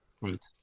Right